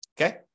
Okay